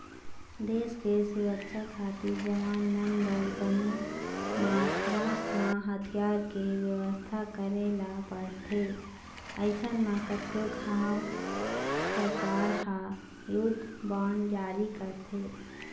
देस के सुरक्छा खातिर जवान मन बर बने मातरा म हथियार के बेवस्था करे ल परथे अइसन म कतको घांव सरकार ह युद्ध बांड जारी करथे